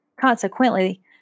Consequently